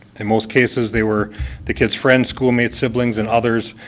and most cases they were the kids friends, schoolmates, siblings, and others,